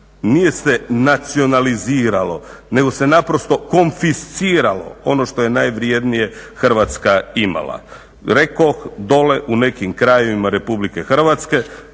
nije se nacionaliziralo nego se konfisciralo ono što je najvrednije Hrvatska imala. Rekoh, dolje u nekim krajevima RH kao na samome